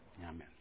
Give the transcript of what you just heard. Amen